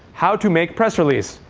how to make press release.